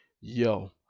Yo